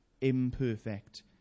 imperfect